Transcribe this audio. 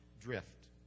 drift